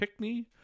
Pickney